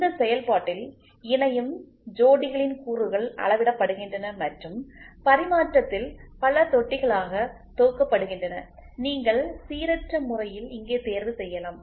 இந்த செயல்பாட்டில் இணையும் ஜோடிகளின் கூறுகள் அளவிடப்படுகின்றன மற்றும் பரிமாற்றத்தில் பல தொட்டிகளாக தொகுக்கப்படுகின்றன நீங்கள் சீரற்ற முறையில் இங்கே தேர்வு செய்யலாம்